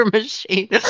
Machine